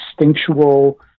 instinctual